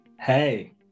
Hey